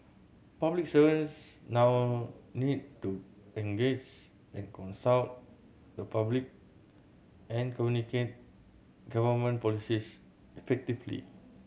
public servants now need to engage and consult the public and communicate government policies effectively